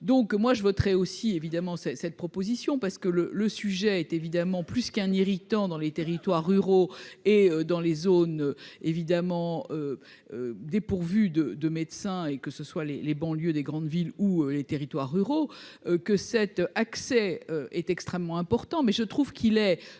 donc moi je voterai aussi, évidemment, c'est cette proposition parce que le le sujet est évidemment plus qu'un irritant dans les territoires ruraux et dans les zones évidemment dépourvue de de médecins et que ce soit les les banlieues des grandes villes où les territoires ruraux que cet accès est extrêmement important, mais je trouve qu'il est